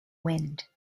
wind